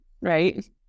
right